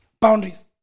Boundaries